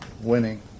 winning